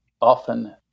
often